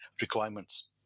requirements